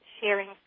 sharing